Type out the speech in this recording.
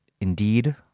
indeed